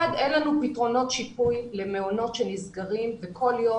אין לנו פתרונות שיפוי למעונות שנסגרים וכל יום